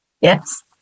Yes